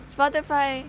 Spotify